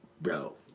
bro